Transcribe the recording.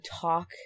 talk